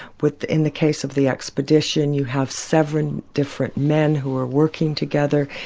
with, in the case of the expedition, you have seven different men who are working together,